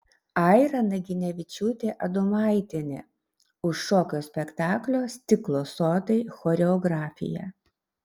aira naginevičiūtė adomaitienė už šokio spektaklio stiklo sodai choreografiją